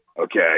okay